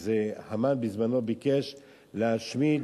המן בזמנו ביקש להשמיד,